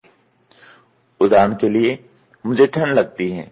उदाहरण के लिए मुझे ठंड लगती है